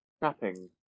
Trapping